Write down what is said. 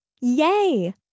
Yay